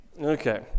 okay